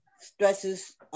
stresses